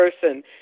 person